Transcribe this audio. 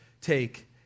take